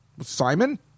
Simon